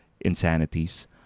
insanities